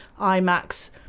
IMAX